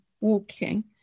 Walking